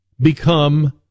become